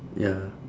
ya